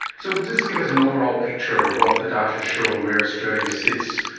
so just give us an overall picture of what the data show and where australia sits,